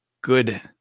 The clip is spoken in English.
good